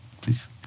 Please